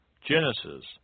Genesis